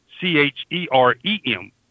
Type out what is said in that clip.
C-H-E-R-E-M